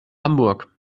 hamburg